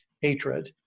hatred